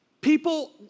People